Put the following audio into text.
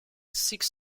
six